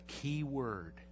Keyword